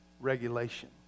regulation